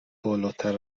بالاتر